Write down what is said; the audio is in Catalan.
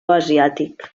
asiàtic